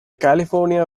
california